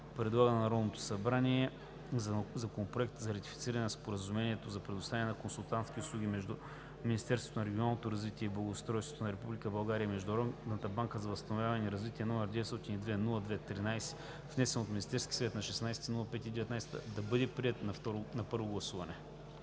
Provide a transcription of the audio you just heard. предлага на Народното събрание Законопроект за ратифициране на Споразумението за предоставяне на консултантски услуги между Министерството на регионалното развитие и благоустройството на Република България и Международната банка за възстановяване и развитие, № 902-02-13, внесен от Министерския съвет на 16 май 2019 г., да бъде приет на първо гласуване.“